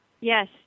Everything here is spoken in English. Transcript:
Yes